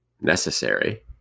necessary